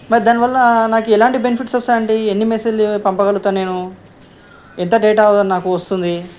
మరి దానివల్ల నాకు ఎలాంటి బెనిఫిట్స్ వస్తాయండి ఎన్ని మెసేజ్లు పంపగలుగుతాను నేను ఎంత డేటా నాకు వస్తుంది